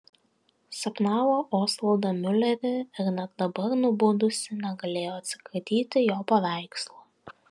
sapnavo osvaldą miulerį ir net dabar nubudusi negalėjo atsikratyti jo paveikslo